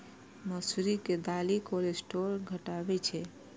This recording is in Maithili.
मौसरी के दालि कोलेस्ट्रॉल घटाबै छै